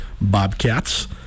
Bobcats